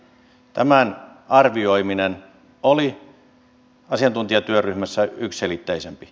tämän arvioiminen oli asiantuntijatyöryhmässä yksiselitteisempää